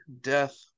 death